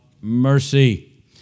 mercy